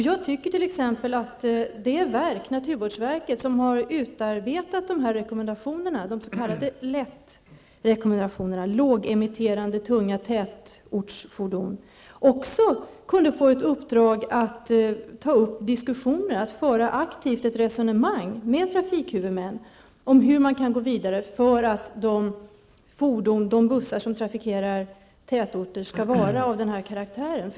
Jag tycker t.ex. att det verk, naturvårdsverket, som har utarbetat de här rekommendationerna, de s.k. rekommendationerna om lågemitterande tunga tätortsfordon -- kunde få i uppdrag att aktivt ta upp diskussioner med trafikhuvudmän om hur man kan gå vidare för att åstadkomma att de bussar som trafikerar tätorter skall vara av den här karaktären.